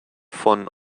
von